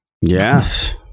Yes